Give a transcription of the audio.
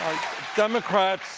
democrats